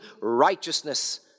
righteousness